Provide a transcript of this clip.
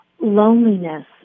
loneliness